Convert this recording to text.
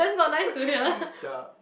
ya